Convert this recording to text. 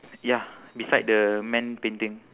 ya beside the man painting